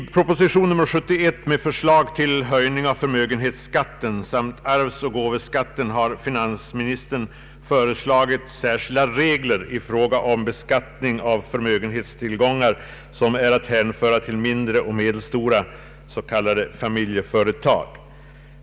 I proposition nr 71 med förslag till höjning av förmögenhetsskatten samt arvsoch gåvoskatten har finansministern föreslagit särskilda regler om beskattning av förmögenhetstillgångar som är att hänföra till mindre och medelstora s.k. familjeföretag.